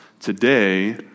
today